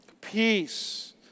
Peace